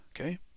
Okay